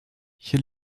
hier